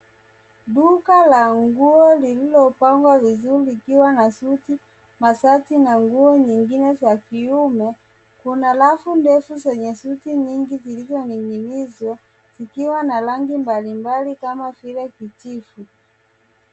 Duka la nguo lililopangwa vizuri likiwa na suti, mashati na nguo nyingine za kiume. Kuna rafu ndefu zenye suti nyingi zilizoning'inizwa zikiwa na rangi mbalimbali kama vile kijivu.